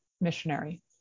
Missionary